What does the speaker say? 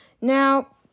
Now